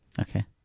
Okay